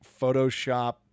Photoshop